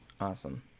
awesome